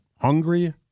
hungry